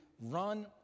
run